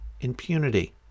impunity